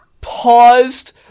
paused